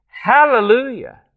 Hallelujah